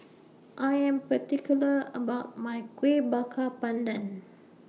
I Am particular about My Kueh Bakar Pandan